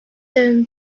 ten